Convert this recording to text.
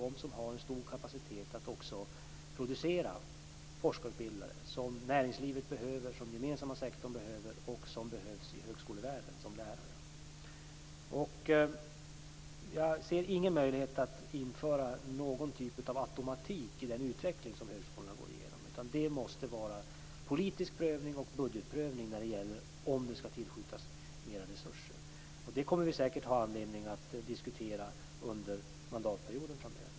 De har en stor kapacitet att också producera forskarutbildare - som näringslivet behöver, som den gemensamma sektorn behöver och som behövs i högskolevärlden som lärare. Jag ser ingen möjlighet att införa någon typ av automatik i den utveckling som högskolorna går igenom. Det måste vara politisk prövning och budgetprövning när det gäller frågan om det skall tillskjutas mera resurser. Det kommer vi säkert att ha anledning att diskutera under mandatperioden framöver.